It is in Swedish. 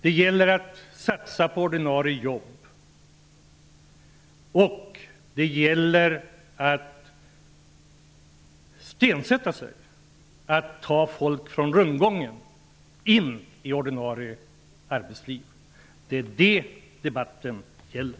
Det gäller att satsa på ordinarie jobb och att ge sig den på att få folk ut ur rundgången och in i ordinarie arbetsliv. Det är det som debatten gäller.